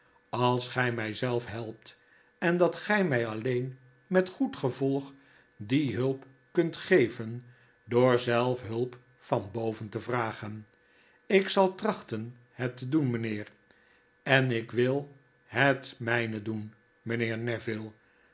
als gij mij zelf helpt en dat gij mij alleen met goed gevolg die hulp kunt geven door zelf hulp van boven te vragen ik zal trachten het te doen mijnheer en ik wil het mijne doen mijnheer